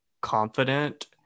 confident